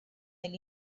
del